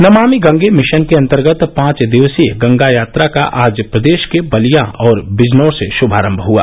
Namami Gange mission के अंतर्गत पांच दिवसीय गंगा यात्रा का आज प्रदेश के बलिया और बिजनौर से श्भारम्भ हुआ